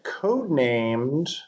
codenamed